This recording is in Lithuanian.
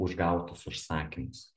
už gautus užsakymus